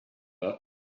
got